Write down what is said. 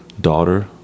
daughter